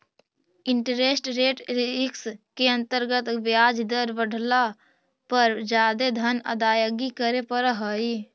interest rate risk के अंतर्गत ब्याज दर बढ़ला पर जादे धन अदायगी करे पड़ऽ हई